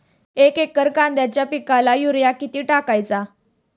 एक एकर कांद्याच्या पिकाला युरिया किती टाकायचा?